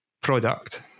product